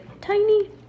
tiny